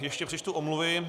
Ještě přečtu omluvy.